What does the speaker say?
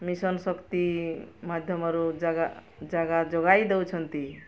mission Shakti ମାଧ୍ୟମରୁ ଜାଗା ଜାଗା ଯୋଗାଇ ଦଉଛନ୍ତି